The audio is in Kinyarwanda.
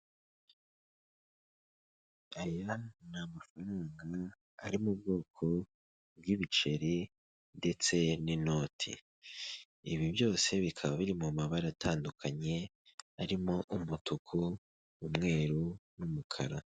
Aya ni amafaranga ari mu bwoko bw'ibiceri ndetse n'inoti. Ibi byose bikaba biri mu mabara atandukanye, harimo umutuku, umweru, n'umukara.